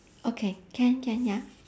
okay can can ya